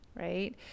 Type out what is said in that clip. right